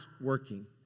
working